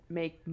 make